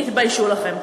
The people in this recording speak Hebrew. תתביישו לכם.